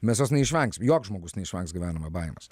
mes jos neišvengsim joks žmogus neišvengs gyvenime baimės